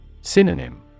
Synonym